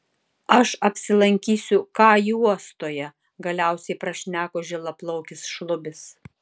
aš apsilankysiu k juostoje galiausia prašneko žilaplaukis šlubis